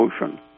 motion